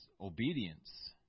obedience